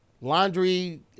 Laundry